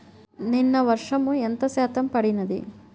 నిన్న వర్షము ఎంత శాతము పడినది?